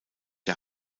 der